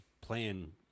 playing